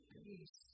peace